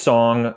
Song